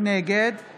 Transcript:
נגד